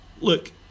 look